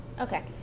Okay